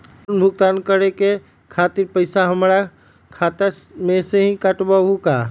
Loan भुगतान करे के खातिर पैसा हमर खाता में से ही काटबहु का?